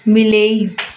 ବିଲେଇ